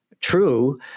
True